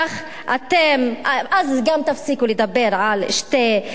אז גם תפסיקו לדבר על שתי מדינות.